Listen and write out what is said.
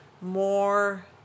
more